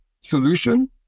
solution